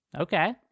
Okay